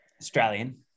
Australian